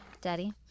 Daddy